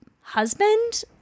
husband